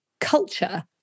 culture